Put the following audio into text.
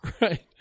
Right